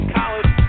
college